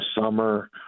summer